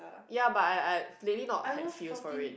ya but I I lately not had feels for it